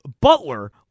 Butler